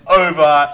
over